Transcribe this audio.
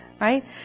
right